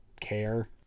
care